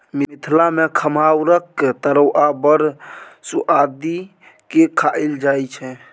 मिथिला मे खमहाउरक तरुआ बड़ सुआदि केँ खाएल जाइ छै